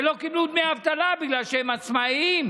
ולא קיבלו דמי אבטלה בגלל שהם עצמאים,